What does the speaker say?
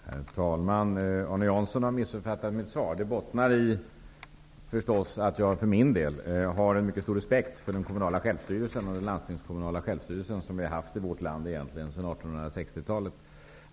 Herr talman! Arne Jansson har missuppfattat mitt svar. Det bottnar i att jag för min del har en mycket stor respekt för den kommunala och landstingskommunala självstyrelse som vi har haft i vårt land sedan 1860-talet.